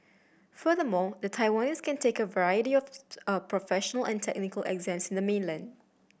furthermore the Taiwanese can take a variety of a professional and technical exams in the mainland